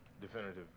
Definitive